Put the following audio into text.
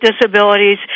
disabilities